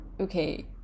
okay